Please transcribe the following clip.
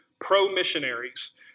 pro-missionaries